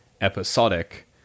episodic